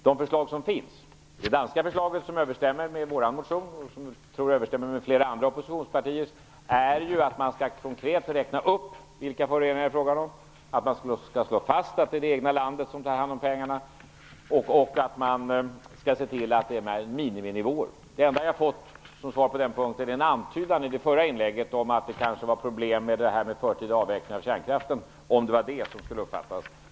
De förslag som finns - det danska förslaget överensstämmer alltså med vår motion och med, tror jag, flera andra oppositionspartiers - är att man konkret skall räkna upp vilka föroreningar som det är fråga om, att det skall slås fast att det egna landet tar hand om pengarna och att det skall ses till detta med miniminivåer. Det enda jag fått som svar på den punkten var en antydan i det förra inlägget om att det kanske var problem med den förtida avvecklingen av kärnkraften - om det nu var det som skulle uppfattas.